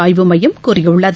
ஆய்வு மையம் கூறியுள்ளது